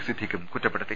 സിദ്ദിഖും കുറ്റപ്പെടുത്തി